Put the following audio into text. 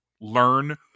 learn